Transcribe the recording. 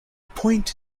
point